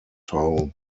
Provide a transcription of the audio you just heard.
town